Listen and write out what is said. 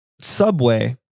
subway